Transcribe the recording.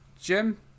Jim